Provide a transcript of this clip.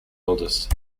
oldest